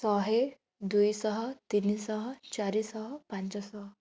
ଶହେ ଦୁଇଶହ ତିନିଶହ ଚାରିଶହ ପାଞ୍ଚଶହ